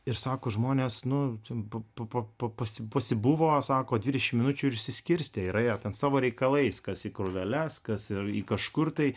ir sako žmonės nu pasibuvo sako dvidešim minučių išsiskirstė yra ją ten savo reikalais kas į krūveles kas ir į kažkur tai